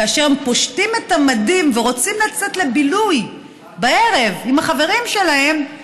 כאשר הם פושטים את המדים ורוצים לצאת לבילוי בערב עם החברים שלהם הם